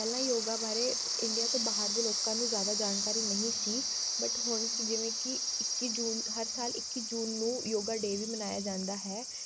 ਪਹਿਲਾਂ ਯੋਗਾ ਬਾਰੇ ਇੰਡੀਆ ਤੋਂ ਬਾਹਰ ਦੇ ਲੋਕਾਂ ਨੂੰ ਜ਼ਿਆਦਾ ਜਾਣਕਾਰੀ ਨਹੀਂ ਸੀ ਬਟ ਹੁਣ ਕ ਜਿਵੇਂ ਕਿ ਇੱਕੀ ਜੂਨ ਹਰ ਸਾਲ ਇੱਕੀ ਜੂਨ ਨੂੰ ਯੋਗਾ ਡੇ ਵੀ ਮਨਾਇਆ ਜਾਂਦਾ ਹੈ